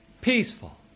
Peaceful